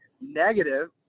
negative